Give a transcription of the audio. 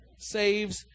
saves